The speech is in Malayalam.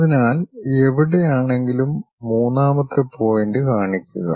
അതിനാൽ എവിടെയാണങ്കിലും മൂന്നാമത്തെ പോയിന്റ് കാണിക്കുക